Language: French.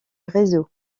réseau